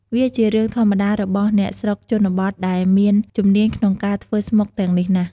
វាជារឿងធម្មតារបស់អ្នកស្រុកជនបទដែលមានជំនាញក្នុងការធ្វើស្មុកទាំងនេះណាស់។